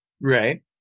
right